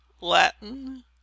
Latin